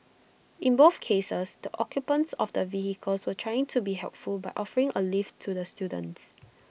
in both cases the occupants of the vehicles were trying to be helpful by offering A lift to the students